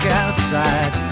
outside